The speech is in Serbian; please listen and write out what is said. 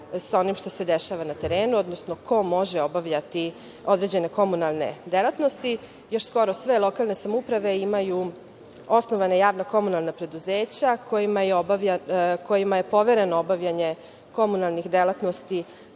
sa onim što se dešava na terenu, odnosno ko može obavljati određene komunalne delatnosti. Skoro sve lokalne samouprave imaju osnovana javna komunalna preduzeća, kojima je povereno obavljanje komunalnih delatnosti,